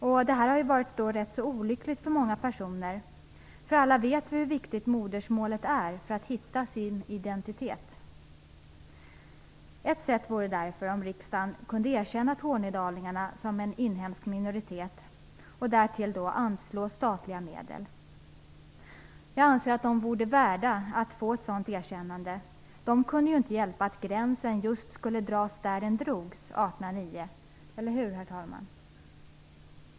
Detta har varit olyckligt för många personer. Alla vet vi hur viktigt modersmålet är för att man skall kunna hitta sin identitet. Ett sätt att lösa problemet vore att riksdagen erkände tornedalingarna som en inhemsk minoritet och anslog statliga medel. Jag anser att de vore värda ett sådant erkännande. De kunde ju inte hjälpa att gränsen drogs just där den drogs 1809. Eller hur, herr talman?